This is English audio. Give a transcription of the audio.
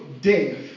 death